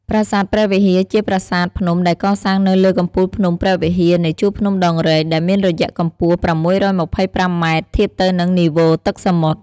ប្រាសាទព្រះវិហារជាប្រាសាទភ្នំដែលកសាងនៅលើកំពូលភ្នំព្រះវិហារនៃជូរភ្នំដងរែក ដែលមានរយៈកម្ពស់ ៦២៥ម៉ែត្រ ធៀបទៅនិងនីវ៉ូទឹកសមុទ្រ។